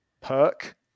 perk